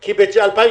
כי ב-2017